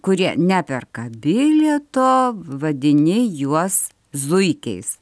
kurie neperka bilieto vadini juos zuikiais